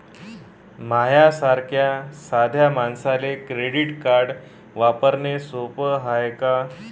माह्या सारख्या साध्या मानसाले क्रेडिट कार्ड वापरने सोपं हाय का?